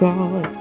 God